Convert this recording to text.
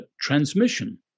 transmission